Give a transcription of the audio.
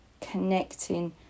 connecting